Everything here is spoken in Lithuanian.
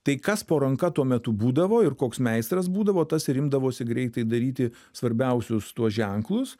tai kas po ranka tuo metu būdavo ir koks meistras būdavo tas ir imdavosi greitai daryti svarbiausius tuos ženklus